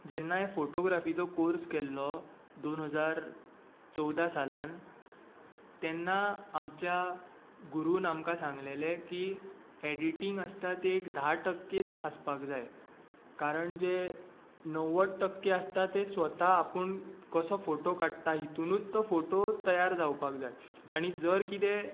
जेन्ना हांये फॉटोग्राफिचो कॉर्स केल्लो दोन हजार चवदा सालांत तेन्ना आमच्या गुरून आमकां सांगलेलें की एडिटींग आसता तें एक धा टक्केच आसपाक जाय कारण जे णव्वद टक्के आसता ते स्वता आपूण कसो फोटो काडटा हेतुंतूच तो फोटो तयार जावपाक जाय आनी जर कितें